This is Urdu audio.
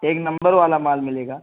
ایک نمبر والا مال ملے گا